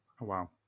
Wow